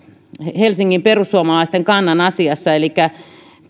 helsingin perussuomalaisten kannan asiassa elikkä